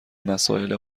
مسائل